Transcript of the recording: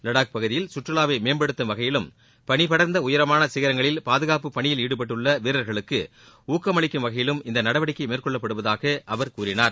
லடாக் பகுதியில் சுற்றுலாவை மேம்படுத்தும் வகையிலும் பனி படர்ந்த உயரமான சிகரங்களில் பாதுகாப்புப் பணியில் ஈடுபட்டுள்ள வீரர்களுக்கு ஊக்கமளிக்கும் வகையிலும் இந்த நடவடிக்கை மேற்கொள்ளப்படுவதாக அவர் கூறினார்